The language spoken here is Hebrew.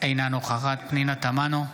אינה נוכחת פנינה תמנו,